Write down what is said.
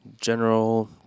general